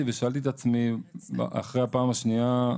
אחרי הפעם השנייה,